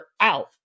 out